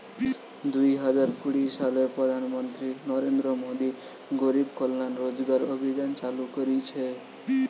দুই হাজার কুড়ি সালে প্রধান মন্ত্রী নরেন্দ্র মোদী গরিব কল্যাণ রোজগার অভিযান চালু করিছে